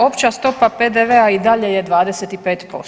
Opća stopa PDV-a i dalje je 25%